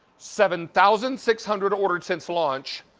seven thousand six hundred ordered since launch.